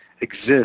exist